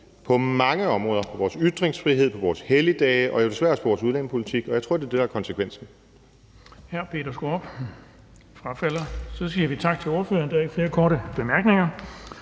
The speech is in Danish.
på mange områder. Det gælder vores ytringsfrihed, vores helligdage og desværre også på vores udlændingepolitik, og jeg tror, at det er det, der er konsekvensen.